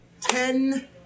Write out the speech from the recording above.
Ten